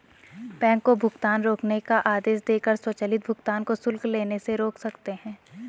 bank को भुगतान रोकने का आदेश देकर स्वचालित भुगतान को शुल्क लेने से रोक सकते हैं